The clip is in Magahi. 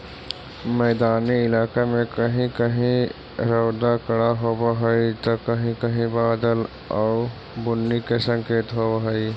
मैदानी इलाका में कहीं कहीं रउदा कड़ा होब हई त कहीं कहीं बादल आउ बुन्नी के संकेत होब हई